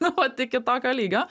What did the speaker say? ot iki tokio lygio